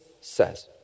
says